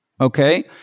Okay